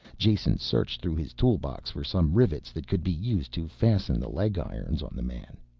jason searched through his tool box for some rivets that could be used to fasten the leg irons on the man.